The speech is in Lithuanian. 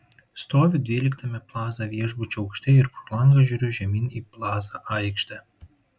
stoviu dvyliktame plaza viešbučio aukšte ir pro langą žiūriu žemyn į plaza aikštę